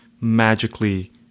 magically